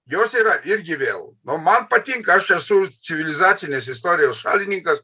jos yra irgi vėl no man patinka aš esu civilizacinės istorijos šalininkas